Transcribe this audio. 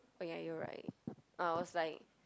oh ya you're right I was like